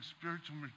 spiritual